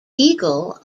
eagle